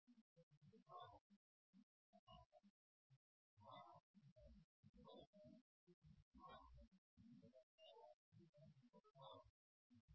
हा set up phase आहे